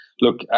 look